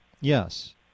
yes